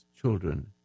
children